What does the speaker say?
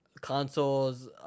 consoles